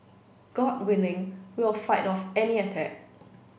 god willing we'll fight off any attack